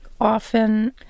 Often